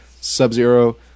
Sub-Zero